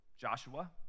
Joshua